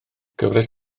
cyfres